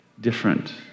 different